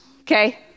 Okay